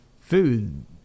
food